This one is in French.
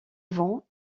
vent